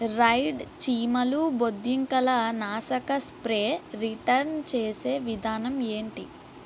ride చీమలు బొద్దింకల నాశక స్ప్రే రిటర్న్ చేసే విధానం ఏంటి